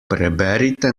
preberite